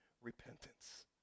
repentance